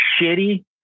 shitty